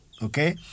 Okay